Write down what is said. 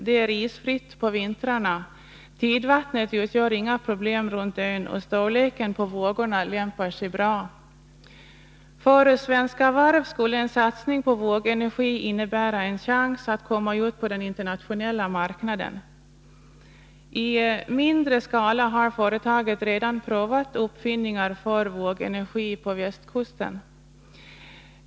Det är isfritt på vintrarna, tidvattnet utgör inga problem runt ön och storleken på vågorna lämpar sig bra. För Svenska Varv skulle en satsning på vågenergi innebära en chans att komma ut på den internationella marknaden. I mindre skala har företaget redan på västkusten provat uppfinningar för vågenergi.